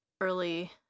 early